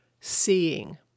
seeing